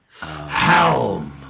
Helm